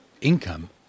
income